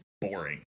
boring